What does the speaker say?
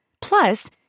Plus